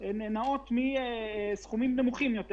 - הן יכולות לנוע מסכומים נמוכים יותר,